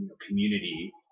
community